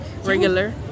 regular